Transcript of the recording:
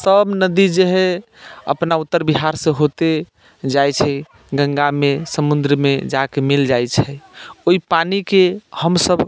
सभ नदी जे हइ अपना उत्तर बिहारसँ होइते जाइत छै गङ्गामे समुद्रमे जा कऽ मिलि जाइत छै ओहि पानिके हमसभ